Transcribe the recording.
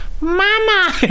mama